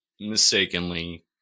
mistakenly